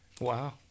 Wow